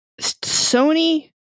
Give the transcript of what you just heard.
Sony